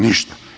Ništa.